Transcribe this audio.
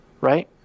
right